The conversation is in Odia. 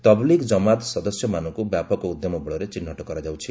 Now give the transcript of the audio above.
ତବ୍ଲିଘ୍ ଜମାତ୍ ସଦସ୍ୟମାନଙ୍କୁ ବ୍ୟାପକ ଉଦ୍ୟମ ବଳରେ ଚିହ୍ନଟ କରାଯାଉଛି